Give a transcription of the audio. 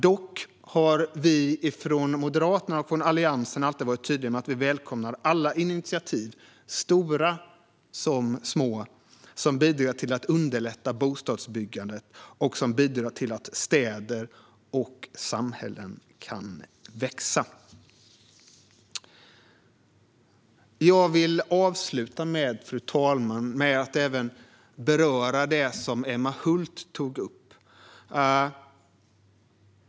Dock har vi från Moderaterna och Alliansen alltid varit tydliga med att vi välkomnar alla initiativ, stora som små, som bidrar till att underlätta bostadsbyggandet och till att städer och samhällen kan växa. Fru talman! Jag vill avsluta med att även beröra det som Emma Hult tog upp.